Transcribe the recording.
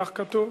כך כתוב.